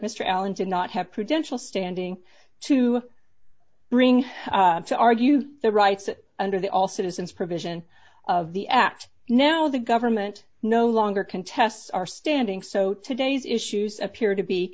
mr allen did not have prudential standing to bring to argue the rights under the all citizens provision of the act now the government no longer contests are standing so today's issues appear to be